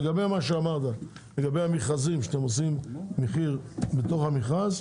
לגבי המכרזים, שאתם עושים מחיר בתוך המכרז,